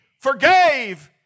forgave